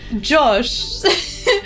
Josh